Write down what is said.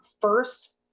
first